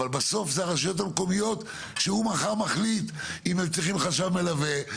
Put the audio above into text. אבל בסוף זה הרשויות המקומיות שהוא מחר מחליט אם הם צריכים חשב מלווה,